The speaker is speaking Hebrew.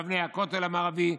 אבני הכותל המערבי,